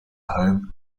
home